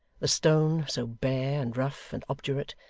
the stone, so bare, and rough, and obdurate,